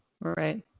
Right